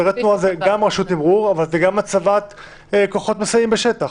הסדרי תנועה זה גם רשות תימרור אבל זה גם הצבת כוחות מסייעים בשטח.